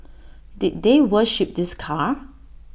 did they worship this car